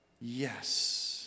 yes